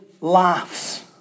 laughs